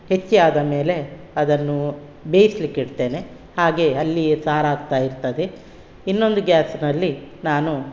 ಹೆಚ್ಚಿ ಆದ ಮೇಲೆ ಅದನ್ನು ಬೇಯ್ಸ್ಲಿಕ್ಕೆ ಇಡ್ತೇನೆ ಹಾಗೆ ಅಲ್ಲಿಯೇ ಸಾರು ಆಗ್ತಾಯಿರ್ತದೆ ಇನ್ನೊಂದು ಗ್ಯಾಸ್ನಲ್ಲಿ ನಾನು